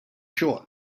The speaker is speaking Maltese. xogħol